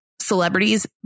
celebrities